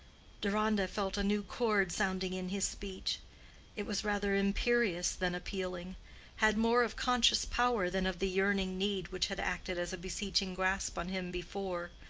deronda felt a new chord sounding in his speech it was rather imperious than appealing had more of conscious power than of the yearning need which had acted as a beseeching grasp on him before.